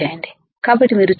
కాబట్టి మీరు చూస్తే